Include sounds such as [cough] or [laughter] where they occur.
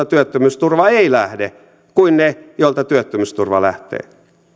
[unintelligible] työttömyysturva ei lähde kuin ne joilta työttömyysturva lähtee